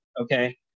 okay